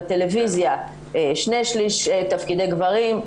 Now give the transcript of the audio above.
בטלוויזיה שני שליש תפקידי גברים,